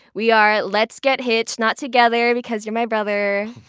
we are, let's get hitched. not together, because you're my brother.